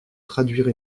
traduire